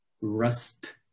Rust